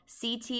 CT